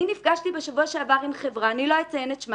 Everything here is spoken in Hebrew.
אני נפגשתי בשבוע שעבר עם חברה אני לא אציין את שמה